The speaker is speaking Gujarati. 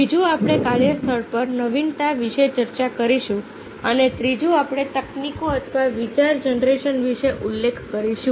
બીજું આપણે કાર્યસ્થળ પર નવીનતા વિશે ચર્ચા કરીશું અને ત્રીજું આપણે તકનીકો અથવા વિચાર જનરેશન વિશે ઉલ્લેખ કરીશું